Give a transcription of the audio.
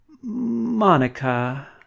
monica